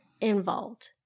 involved